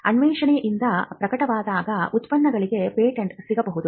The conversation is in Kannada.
ಅನ್ವೇಷಣೆಯಿಂದ ಪ್ರಕಟವಾಗುವ ಉತ್ಪನ್ನಗಳಿಗೆ ಪೇಟೆಂಟ್ ಸಿಗಬಹುದು